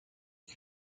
die